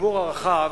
הציבור הרחב,